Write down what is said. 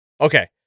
Okay